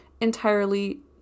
entirely